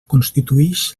constituïx